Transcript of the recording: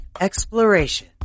exploration